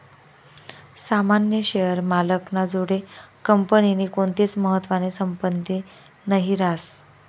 सामान्य शेअर मालक ना जोडे कंपनीनी कोणतीच महत्वानी संपत्ती नही रास